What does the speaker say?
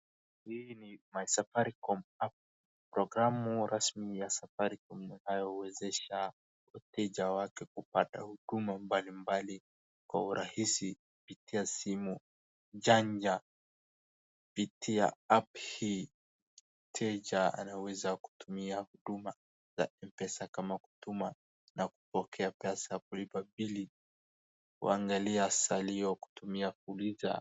Hii ni MySafaricom App programu rasmi ya Safaricom inayowezesha wateja wake kupata huduma mbalimbali kwa urahisi kupitia simu janja. Kupitia app hii, mteja anaweza kutumia huduma za M-pesa kama kutuma na kupokea pesa, kulipa bili ,kuangalia salio, kutumia fuliza.